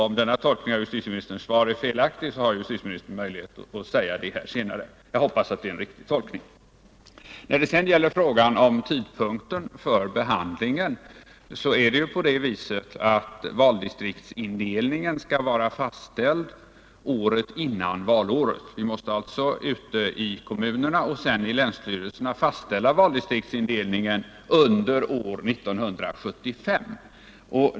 Om denna tolkning av justitieministerns svar är felaktig, så har justitieministern möjlighet att påpeka det senare. Jag hoppas att det är en riktig tolkning. När det sedan gäller frågan om tidpunkten för behandlingen så skall valdistriktsindelningen vara fastställd året före valåret. Vi måste alltså ute i kommunerna och sedan i länsstyrelserna fastställa valdistriktsindelningen under år 1975.